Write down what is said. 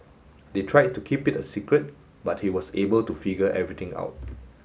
they tried to keep it a secret but he was able to figure everything out